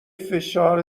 فشار